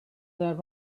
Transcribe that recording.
there